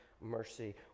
mercy